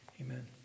amen